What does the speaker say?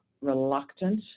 reluctant